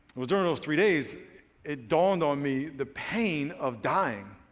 during those three days it dawned on me the pain of dying.